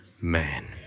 man